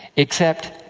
except,